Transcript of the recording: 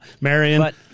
Marion